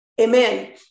Amen